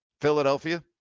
Philadelphia